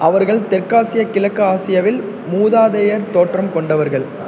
அவர்கள் தெற்காசிய கிழக்கு ஆசியாவில் மூதாதையர் தோற்றம் கொண்டவர்கள்